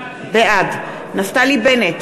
בעד נפתלי בנט,